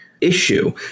issue